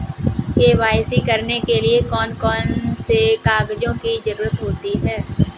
KYC करने के लिए कौन कौन से कागजों की जरूरत होती है?